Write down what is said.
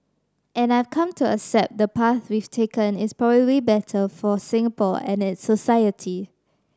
and I have come to accept the path we've taken is probably better for Singapore and its society